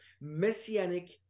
Messianic